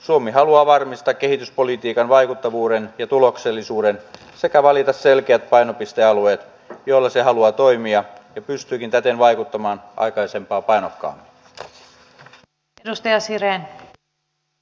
suomi haluaa varmistaa kehityspolitiikan vaikuttavuuden ja tuloksellisuuden sekä valita selkeät painopistealueet joilla se haluaa toimia ja pystyykin täten vaikuttamaan aikaisempaa painokkaammin